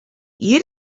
you